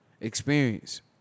experience